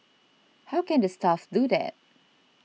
how can the staff do that